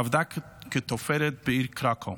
עבדה כתופרת בעיר קרקוב.